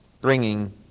bringing